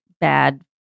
bad